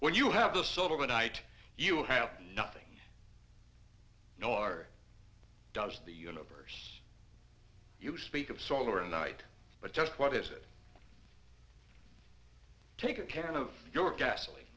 when you have the soul of a night you have nothing nor does the universe you speak of solar night but just what is it take care of your gasoline